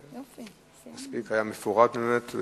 זה היה באמת מספיק מפורט ומקצועי.